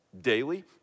daily